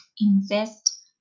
Invest